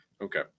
Okay